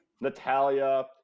Natalia